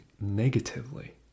negatively